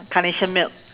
carnation milk